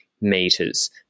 meters